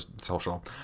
social